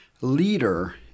leader